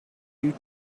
you